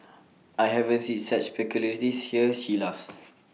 I haven't seen such peculiarities here she laughs